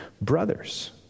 brothers